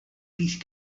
these